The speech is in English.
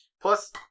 Plus